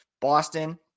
Boston